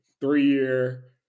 three-year